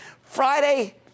Friday